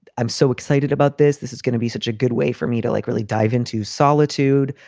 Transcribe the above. i'm so excited about this, this is going to be such a good way for me to, like, really dive into solitude,